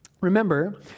Remember